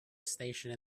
station